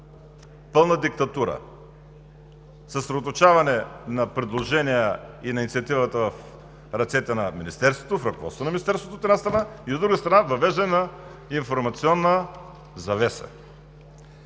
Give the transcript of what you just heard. пълна диктатура – съсредоточаване на предложения и на инициативата в ръцете на Министерството, в ръководството на Министерството, от една страна, и, от друга страна, въвеждане на информационна завеса.